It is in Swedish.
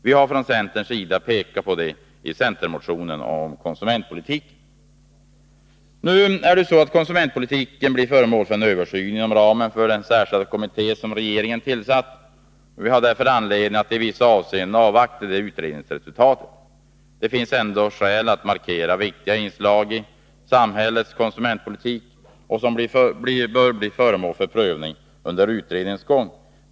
Vi har pekat på detta i centermotionen om konsumentpolitiken. Nu skall konsumentpolitiken bli föremål för en översyn inom ramen för den särskilda kommitté som regeringen tillsatt. Vi har därför anledning att i vissa avseenden avvakta det utredningsresultatet. Det finns ändå skäl att markera viktiga inslag i samhällets konsumentpolitik som bör bli föremål för prövning under utredningens gång.